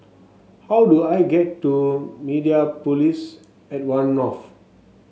how do I get to Mediapolis at One North